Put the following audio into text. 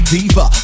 Diva